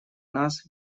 нас